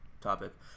topic